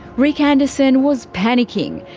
rick anderson was panicking.